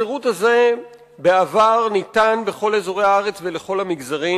בעבר השירות הזה ניתן בכל אזורי הארץ ולכל המגזרים.